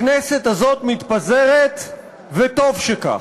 הכנסת הזאת מתפזרת, וטוב שכך.